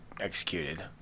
executed